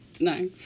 No